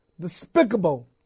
despicable